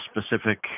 specific